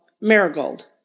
marigold